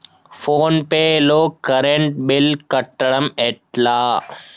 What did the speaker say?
Phone pay లో current bill కట్టడం ఎట్లా?